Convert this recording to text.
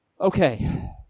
Okay